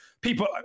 people